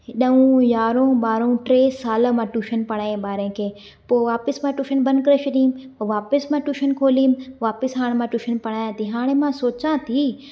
ॾह यारहं ॿारहं टे साल मां टूशन पढ़ायमि ॿारनि खे पो वापसि मां टूशन बंदि करे छॾी पोइ वापसि मां टूशन खोली वापसि हाणे मां टूशन पढ़ायां थी हाणे मां सोचा थी